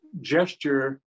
gesture